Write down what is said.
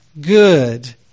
good